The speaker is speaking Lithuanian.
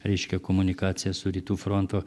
reiškia komunikaciją su rytų frontu